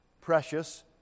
precious